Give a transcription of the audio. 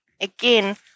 Again